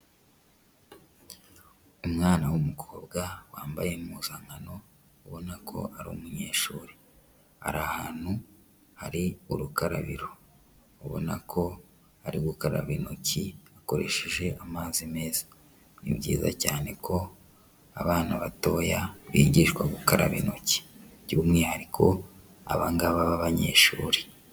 Umwana w'umukobwa wambaye impuzankano ubona ko ari umunyeshuri ari, ahant hari urukarabiro ubona ko ari gukaraba intoki akoresheje amazi meza. Ni byiza cyane ko abana batoya bigishwa gukaraba intoki, by'umwihariko abanga b'abanyeshuri.